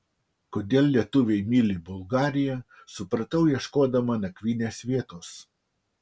kodėl lietuviai myli bulgariją supratau ieškodama nakvynės vietos